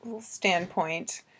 standpoint